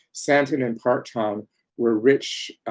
sandton and parktown were rich,